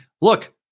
look